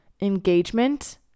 engagement